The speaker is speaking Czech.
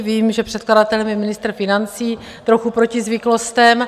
Vím, že předkladatelem je ministr financí, trochu proti zvyklostem.